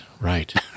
right